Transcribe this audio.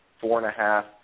four-and-a-half